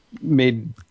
made –